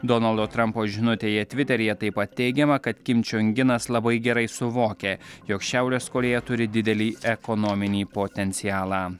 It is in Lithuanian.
donaldo trampo žinutėje tviteryje taip pat teigiama kad kim čiong inas labai gerai suvokia jog šiaurės korėja turi didelį ekonominį potencialą